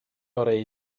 orau